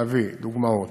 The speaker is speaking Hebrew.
להביא דוגמאות